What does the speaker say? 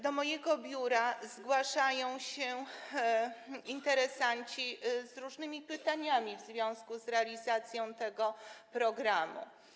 Do mojego biura zgłaszają się interesanci z różnymi pytaniami w związku z realizacją tego programu.